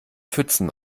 pfützen